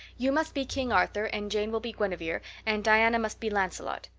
you must be king arthur and jane will be guinevere and diana must be lancelot.